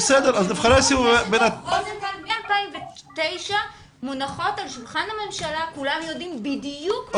הצעות חוק מונחות על שולחן הממשלה וכולם יודעים בדיוק מה צריך לעשות.